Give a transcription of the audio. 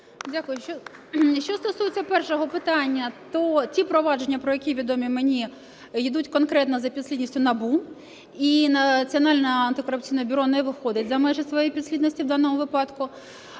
Дякую. Що стосується першого питання, то ті провадження, про які відомо мені, ідуть конкретно за підслідністю НАБУ. І Національне антикорупційне бюро не виходить за межі своєї підслідності в даному випадку.